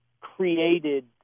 created